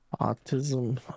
Autism